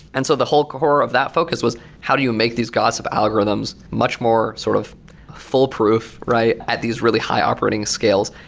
and so the whole core of that focus was how do you make these gossip algorithms much more sort of full proof at these really high-operating scales?